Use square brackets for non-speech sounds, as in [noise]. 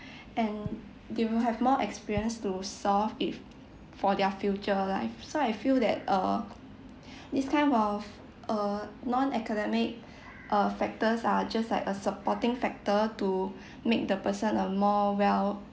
and they will have more experience to solve it for their future life so I feel that uh [noise] this kind of uh non academic uh factors are just like a supporting factor to make the person a more well